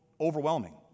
overwhelming